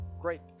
great